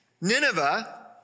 Nineveh